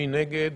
מי נגד?